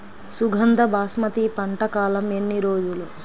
సుగంధ బాస్మతి పంట కాలం ఎన్ని రోజులు?